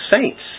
saints